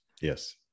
yes